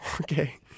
okay